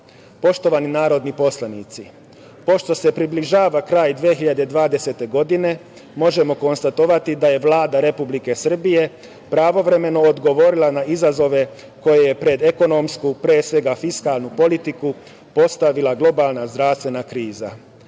okvira. Poštovani narodni poslanici, pošto se približava kraj 2020. godine možemo konstatovati da je Vlada Republike Srbije pravovremeno odgovorila na izazove koje je pred ekonomsku, pre svega fiskalnu politiku postavila globalna zdravstvena kriza. Prvi